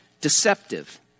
deceptive